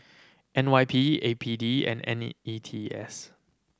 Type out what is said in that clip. N Y P A P D and N E E T S